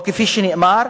או כפי שנאמר: